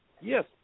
Yes